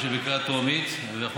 ברמת הפשטות,